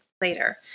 later